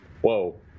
whoa